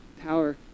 power